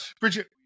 Bridget